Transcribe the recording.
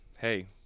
Hey